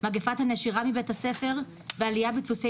מגפת הנשירה מבית הספר ועלייה בדפוסי